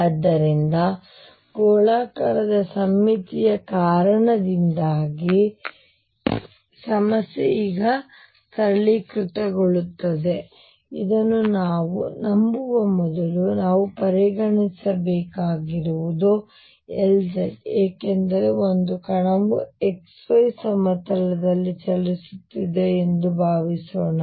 ಆದ್ದರಿಂದ ಗೋಳಾಕಾರದ ಸಮ್ಮಿತಿಯ ಕಾರಣದಿಂದಾಗಿ ಸಮಸ್ಯೆ ಈಗ ಸರಳೀಕೃತವಾಗುತ್ತದೆ ಇದನ್ನು ನಾನು ನಂಬುವ ಮೊದಲು ನಾವು ಪರಿಗಣಿಸಬಹುದು Lz ಏಕೆಂದರೆ ಒಂದು ಕಣವು x y ಸಮತಲದಲ್ಲಿ ಚಲಿಸುತ್ತಿದೆ ಎಂದು ಭಾವಿಸೋಣ